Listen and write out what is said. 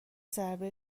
ضربه